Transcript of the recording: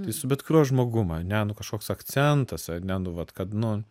tai su bet kuriuo žmogum ane nu kažkoks akcentas ar ne nu vat kad nu